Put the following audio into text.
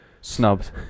snubbed